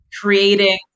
creating